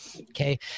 okay